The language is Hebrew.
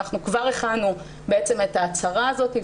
כבר הכנו את ההצהרה הזאת.